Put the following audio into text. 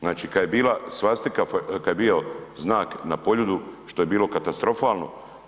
Znači kad je bila svastika, kad je bio znak na Poljudu što je bilo katastrofalno.